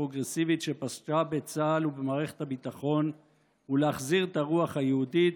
הפרוגרסיבית שפשתה בצה"ל ובמערכת הביטחון ולהחזיר את הרוח היהודית,